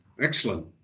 excellent